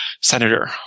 senator